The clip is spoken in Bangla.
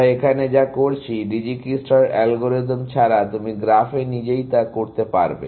আমরা এখানে যা করছি ডিজিকিস্ট্রার অ্যালগরিদম ছাড়া তুমি গ্রাফে নিজেই তা করবে